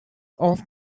off